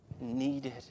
needed